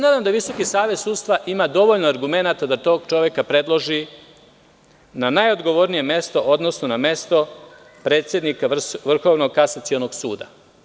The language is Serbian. Nadam se da Visoki savet sudstva ima dovoljno argumenata da tog čoveka predloži na najodgovornije mesto, odnosno na mesto predsednika Vrhovnog kasacionog suda.